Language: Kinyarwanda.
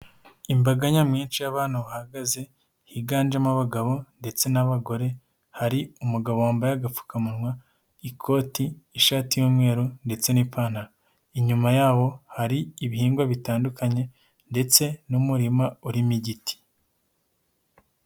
Imbaga nyamwinshi y'abantu bahagaze higanjemo abagabo ndetse n'abagore, hari umugabo wambaye agapfukamunwa, ikoti, ishati y'umweru ndetse n'ipantaro, inyuma yabo hari ibihingwa bitandukanye ndetse n'umurima urimo igiti.